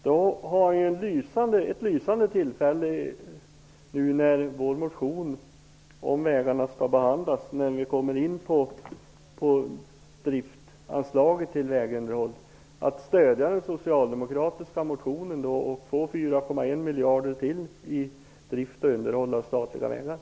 Det ges ett lysande tillfälle att nu, när vår motion om driftanslaget på vägområdet skall behandlas, stödja den socialdemokratiska motionen som föreslår ytterligare 4,1 miljarder till drift och underhåll av statliga vägar.